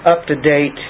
up-to-date